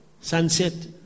sunset